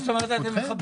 מה זאת אומרת אתם מכבדים?